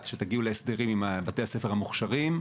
שתגיעו להסדרים עם בתי הספר המוכשרים,